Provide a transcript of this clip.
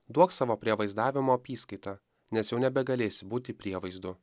duok savo prievaizdavimo apyskaitą nes jau nebegalėsi būti prievaizdu